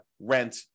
rent